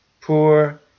poor